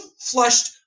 flushed